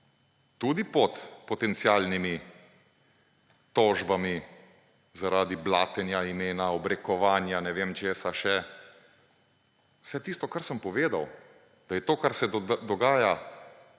tudi pod potencialnimi tožbami zaradi blatenja imena, obrekovanja, ne vem česa še, vse tisto, kar sem povedal, da je to, kar se dogaja